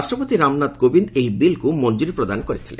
ରାଷ୍ଟ୍ରପତି ରାମନାଥ କୋବିନ୍ଦ ଏହି ବିଲ୍କୁ ମଞ୍ଜୁରୀ ପ୍ରଦାନ କରିଥିଲେ